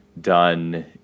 done